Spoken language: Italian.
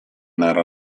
narra